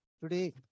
Today